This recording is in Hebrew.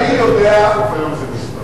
בסוף היום זה מספרים.